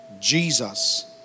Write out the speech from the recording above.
Jesus